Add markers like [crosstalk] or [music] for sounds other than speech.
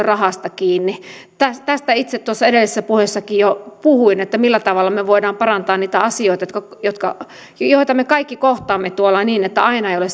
[unintelligible] rahasta kiinni tästä tästä itse tuossa edellisessä puheessakin jo puhuin että millä tavalla me voimme parantaa niitä asioita joita me kaikki kohtaamme tuolla niin että aina ei ole [unintelligible]